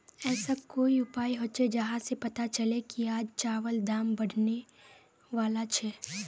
ऐसा कोई उपाय होचे जहा से पता चले की आज चावल दाम बढ़ने बला छे?